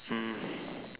um